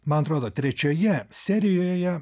man atrodo trečioje serijoje